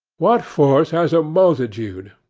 what force has a multitude?